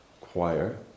choir